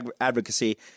advocacy